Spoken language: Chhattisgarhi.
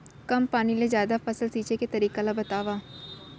कम पानी ले जादा फसल सींचे के तरीका ला बतावव?